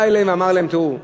בא אליהם ואמר להם: תראו,